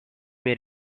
may